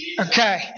Okay